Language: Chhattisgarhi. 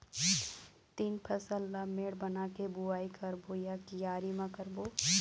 तील फसल ला मेड़ बना के बुआई करबो या क्यारी म करबो?